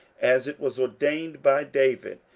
as it was ordained by david.